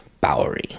Bowery